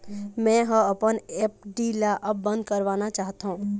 मै ह अपन एफ.डी ला अब बंद करवाना चाहथों